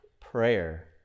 prayer